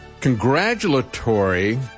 congratulatory